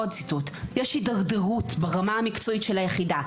עוד ציטוט: "יש הידרדרות ברמה המקצועית של היחידה,